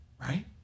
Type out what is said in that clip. right